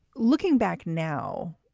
looking back now,